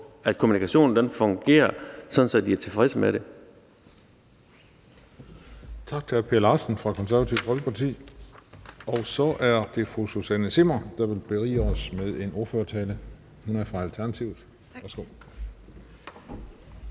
at kommunikationen fungerer, så de er tilfredse med det.